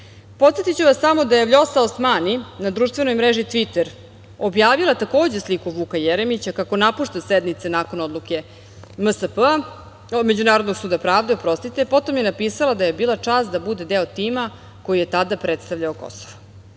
Kosova. Podsetiću vas samo da je Vljosa Osmani na društvenoj mreži Tviter objavila takođe sliku Vuka Jeremića kako napušta sednice nakon odluke Međunarodnog suda pravde. Potom je napisala da joj je bila čast da bude deo tima koji je tada predstavljao Kosovo. Dakle,